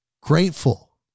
grateful